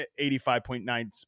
85.9